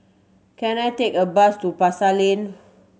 can I take a bus to Pasar Lane